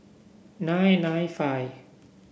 nine nine five